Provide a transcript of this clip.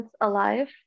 alive